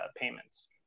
payments